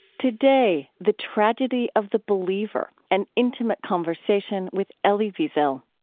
today, the tragedy of the believer an intimate conversation with elie wiesel.